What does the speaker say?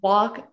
Walk